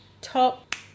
top